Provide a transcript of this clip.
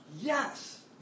Yes